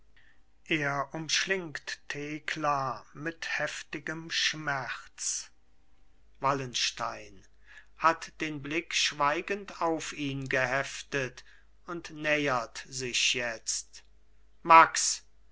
er umschlingt thekla mit heftigem schmerz wallenstein hat den blick schweigend auf ihn geheftet und nähert sich jetzt max